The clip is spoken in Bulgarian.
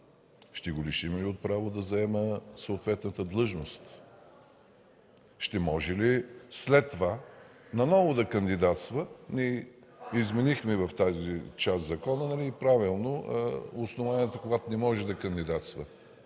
Ще го лишим ли от право да заема съответната длъжност? Ще може ли след това наново да кандидатства? Ние изменихме в тази част закона, и правилно – основанията, когато не може да кандидатства.